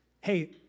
Hey